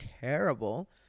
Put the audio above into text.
terrible